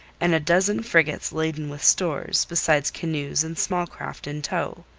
and a dozen frigates laden with stores, besides canoes and small craft in tow.